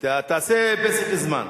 תעשה פסק-זמן.